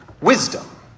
wisdom